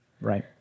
right